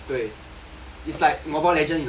it's like mobile legend 你懂吗